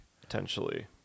Potentially